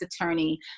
attorney